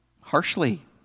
harshly